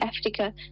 Africa